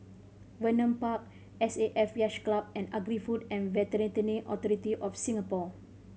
Vernon Park S A F Yacht Club and Agri Food and Veterinary Authority of Singapore